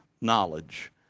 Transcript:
knowledge